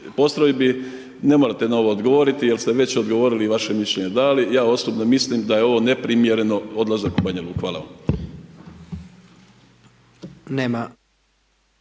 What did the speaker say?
postrojbi, ne morate na ovo odgovoriti jer ste već odgovorili i vaše mišljenje dali. Ja osobno mislim da je ovo neprimjereno, odlazak u Banja Luku. Hvala vam.